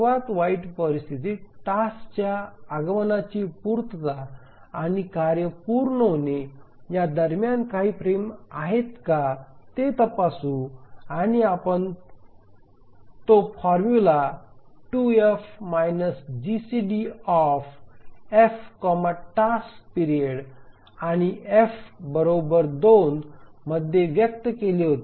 सर्वात वाईट परिस्थितीत टास्कच्या आगमनाची पूर्तता आणि कार्य पूर्ण होणे या दरम्यान काही फ्रेम आहे का ते तपासू आणि आपण ते formula 2F GCDF task period आणि F2 मध्ये व्यक्त केले होते